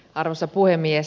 arvoisa puhemies